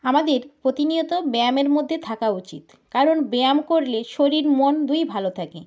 আমাদের প্রতিনিয়ত ব্যায়ামের মধ্যে থাকা উচিত কারণ ব্যায়াম করলে শরীর মন দুই ভালো থাকে